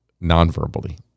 non-verbally